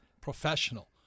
professional